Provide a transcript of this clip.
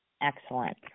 Excellent